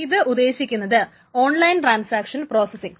ഇത് ഉദ്ദേശിക്കുന്നത് online transaction processing